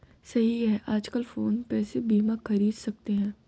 सही है आजकल फ़ोन पे से बीमा ख़रीद सकते हैं